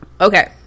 Okay